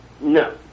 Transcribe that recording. No